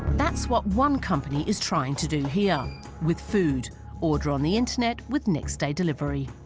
that's what one company is trying to do here with food order on the internet with next day delivery